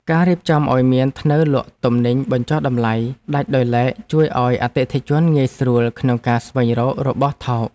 ការរៀបចំឱ្យមានធ្នើរលក់ទំនិញបញ្ចុះតម្លៃដាច់ដោយឡែកជួយឱ្យអតិថិជនងាយស្រួលក្នុងការស្វែងរករបស់ថោក។